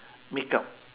makeup